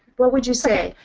what would you say?